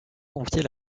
confier